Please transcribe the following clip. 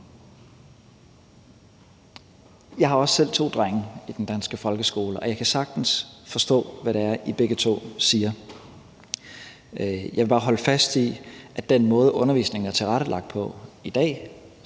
Jeg har også selv to drenge i den danske folkeskole, og jeg kan sagtens forstå, hvad det er, I begge to siger. Jeg vil bare holde fast i, at den måde, undervisningen er tilrettelagt på i dag,